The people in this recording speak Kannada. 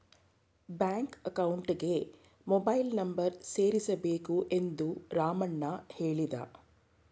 ಬ್ಯಾಂಕ್ ಅಕೌಂಟ್ಗೆ ಮೊಬೈಲ್ ನಂಬರ್ ಸೇರಿಸಬೇಕು ಎಂದು ರಾಮಣ್ಣ ಹೇಳಿದ